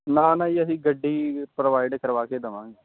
ਨਾ ਨਾ ਜੀ ਅਸੀਂ ਗੱਡੀ ਪ੍ਰੋਵਾਇਡ ਕਰਵਾ ਕੇ ਦੇਵਾਂਗੇ